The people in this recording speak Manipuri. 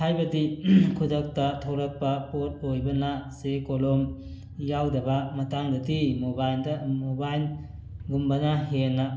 ꯍꯥꯏꯕꯗꯤ ꯈꯨꯗꯛꯇ ꯊꯣꯔꯛꯄ ꯄꯣꯠ ꯑꯣꯏꯕꯅ ꯆꯦ ꯀꯣꯂꯣꯝ ꯌꯥꯎꯗꯕ ꯃꯇꯥꯡꯗꯗꯤ ꯃꯣꯕꯥꯏꯜꯗ ꯃꯣꯕꯥꯏꯜ ꯒꯨꯝꯕꯅ ꯍꯦꯟꯅ